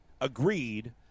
Agreed